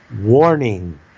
warning